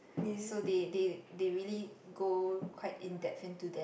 so the the the really go quite in depth into that